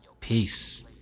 Peace